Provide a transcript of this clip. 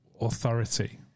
authority